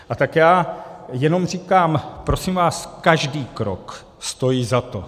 A tak já jenom říkám prosím vás, každý krok stojí za to.